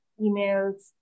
emails